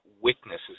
witnesses